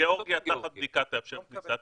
גיאורגיה תחת בדיקה תאפשר ----- גיאורגיה,